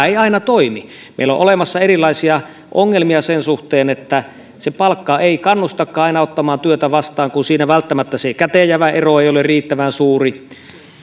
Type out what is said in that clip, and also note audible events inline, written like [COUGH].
[UNINTELLIGIBLE] ei aina toimi meillä on olemassa erilaisia ongelmia sen suhteen että se palkka ei kannustakaan aina ottamaan työtä vastaan kun siinä välttämättä sen käteenjäävän ero ei ole riittävän suuri